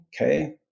Okay